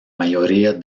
mayoría